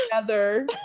together